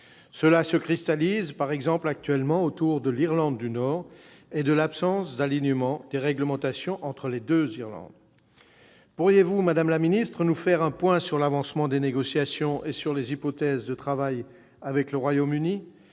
cela se cristallise notamment par la question de l'Irlande du Nord et de l'absence d'alignement des réglementations entre les deux Irlande. Pourriez-vous, madame la ministre, faire un point sur l'avancement des négociations et sur les hypothèses de travail avec le Royaume-Uni ?